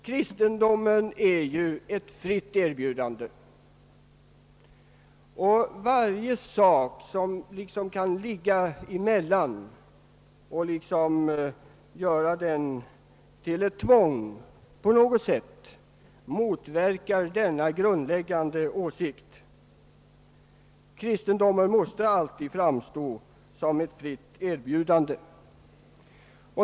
Kristendomen är ju ett fritt erbjudande, och allt som kan göra den till ett tvång på något sätt motverkar denna grundläggande princip. Kristendomen måste alltid framstå som ett fritt erbjudande.